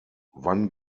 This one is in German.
wann